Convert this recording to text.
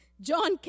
John